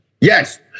Yes